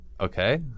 Okay